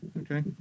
okay